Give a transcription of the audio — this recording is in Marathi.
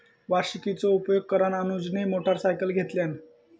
वार्षिकीचो उपयोग करान अनुजने मोटरसायकल घेतल्यान